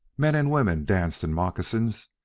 men and women danced in moccasins,